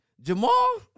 Jamal